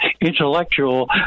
intellectual